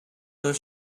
her